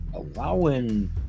allowing